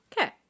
Okay